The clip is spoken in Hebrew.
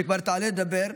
שכבר תעלה לדבר,